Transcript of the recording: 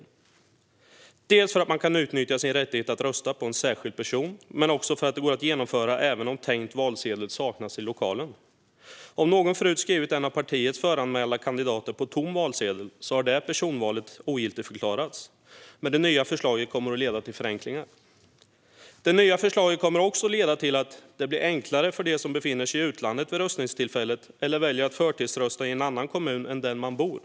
Så är det dels för att man kan utnyttja sin rättighet att rösta på en särskild person, dels för att det går att genomföra även om tänkt valsedel saknas i lokalen. Om någon förut skrivit namnet på en av partiets föranmälda kandidater på en tom valsedel har det personvalet ogiltigförklarats, men det nya förslaget kommer att leda till förenklingar. Det nya förslaget kommer också att leda till att det blir enklare för dem som befinner sig i utlandet vid röstningstillfället eller som väljer att förtidsrösta i en annan kommun än den de bor i.